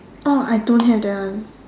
oh I don't have that one